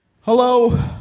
Hello